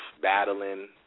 battling